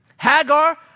Hagar